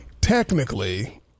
technically